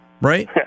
Right